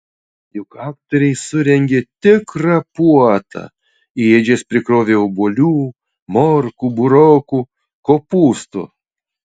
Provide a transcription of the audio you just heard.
juk aktoriai surengė tikrą puotą į ėdžias prikrovė obuolių morkų burokų kopūstų